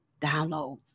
downloads